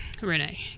Renee